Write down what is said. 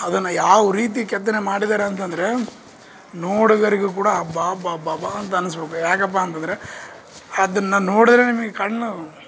ಅದನ್ನು ಯಾ ರೀತಿ ಕೆತ್ತನೆ ಮಾಡಿದ್ದಾರೆ ಅಂತಂದ್ರೆ ನೋಡುಗರಿಗೂ ಕೂಡ ಅಬ್ಬಾಬಬ್ಬಬಾ ಅಂತ ಅನ್ನಿಸಬೇಕು ಯಾಕಪ್ಪ ಅಂತಂದ್ರೆ ಅದನ್ನು ನೋಡಿದ್ರೆ ನಿಮಗೆ ಕಣ್ಣು